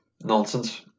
nonsense